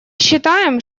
считаем